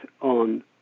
on